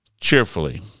cheerfully